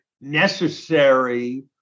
necessary